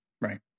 Right